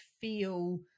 feel